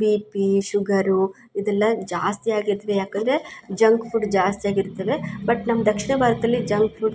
ಬೀ P sugar ಇದೆಲ್ಲ ಜಾಸ್ತಿ ಆಗಿರ್ತದೆ ಯಾಕಂದರೆ ಜಂಕ್ ಫುಡ್ ಜಾಸ್ತಿಯಾಗಿರ್ತದೆ ಬಟ್ ನಮ್ಮ ದಕ್ಷಿಣ ಭಾರತದಲ್ಲಿ ಜಂಕ್ ಫುಡ್